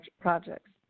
projects